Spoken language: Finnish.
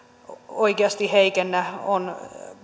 oikeasti heikennä on